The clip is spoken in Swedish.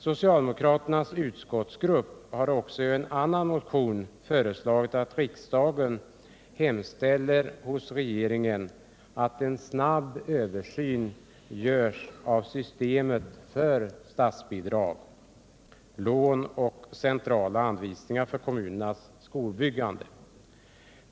Socialdemokraternas utskottsgrupp har i en annan motion föreslagit att riksdagen hos regeringen hemställer om att en snar översyn görs av systemet för statsbidrag, lån och centrala anvisningar för kommunernas skolbyggande.